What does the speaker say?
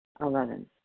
Eleven